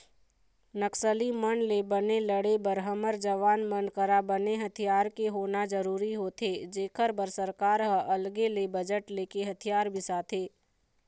नक्सली मन ले बने लड़े बर हमर जवान मन करा बने हथियार के होना जरुरी होथे जेखर बर सरकार ह अलगे ले बजट लेके हथियार बिसाथे